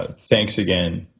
ah thanks again.